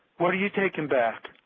what are you taking back?